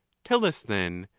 tell us, then,